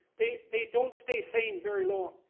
they they don't stay sane very long.